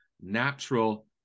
natural